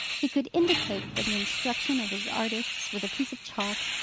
he could indicate, for the instruction of his artists, with a piece of chalk,